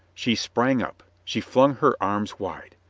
she sprang up. she flung her arms wide.